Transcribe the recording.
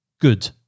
good